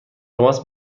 تماس